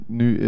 nu